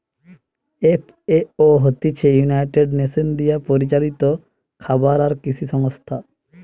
FAO হতিছে United Nations দিয়া পরিচালিত খাবার আর কৃষি সংস্থা